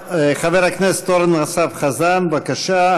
חבר הכנסת אורן אסף חזן, בבקשה.